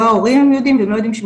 לא ההורים יודעים והם לא יודעים שהם